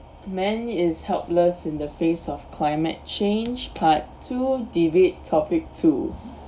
men is helpless in the face of climate change part two debate topic two